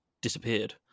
disappeared